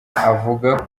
avuga